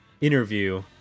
interview